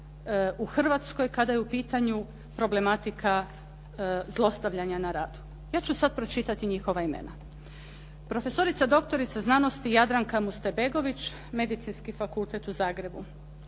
u Hrvatskoj kada je u pitanju problematika zlostavljanja na radu. Ja ću sad pročitati njihova imena: Profesorica doktorica znanosti Jadranka Musterbegović, Medicinski fakultet u Zagrebu.